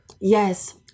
Yes